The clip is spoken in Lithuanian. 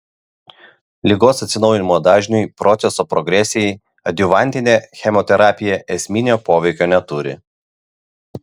ligos atsinaujinimo dažniui proceso progresijai adjuvantinė chemoterapija esminio poveikio neturi